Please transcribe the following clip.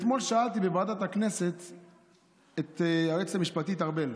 אתמול שאלתי בוועדת הכנסת את היועצת המשפטית ארבל,